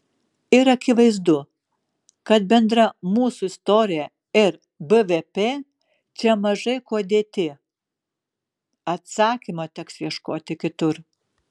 ir akivaizdu kad bendra mūsų istorija ir bvp čia mažai kuo dėti atsakymo teks ieškoti kitur